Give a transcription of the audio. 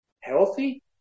healthy